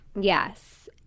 Yes